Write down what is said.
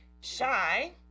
shy